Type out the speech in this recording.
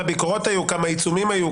עיצומים היו?